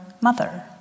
mother